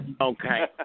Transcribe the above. Okay